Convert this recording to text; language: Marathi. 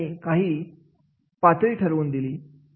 त्यांनी काही पात्र ठरवून दिली